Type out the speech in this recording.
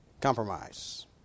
Compromise